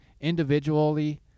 individually